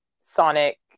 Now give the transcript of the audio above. Sonic